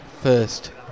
first